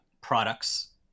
products